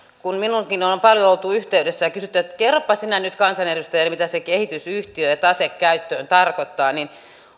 kun minuunkin on on paljon oltu yhteydessä ja kysytty että kerropa sinä nyt kansanedustajana mitä se kehitysyhtiö ja tase käyttöön tarkoittaa niin